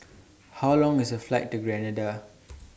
How Long IS The Flight to Grenada